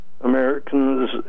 Americans